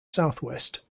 southwest